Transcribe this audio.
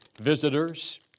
visitors